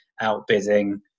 outbidding